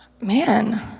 Man